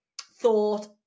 thought